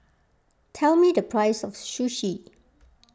tell me the price of Sushi